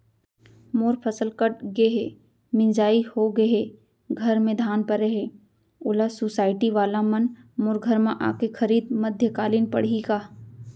मोर फसल कट गे हे, मिंजाई हो गे हे, घर में धान परे हे, ओला सुसायटी वाला मन मोर घर म आके खरीद मध्यकालीन पड़ही का?